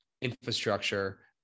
infrastructure